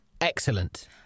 Excellent